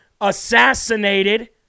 assassinated